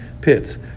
pits